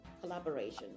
collaboration